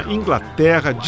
Inglaterra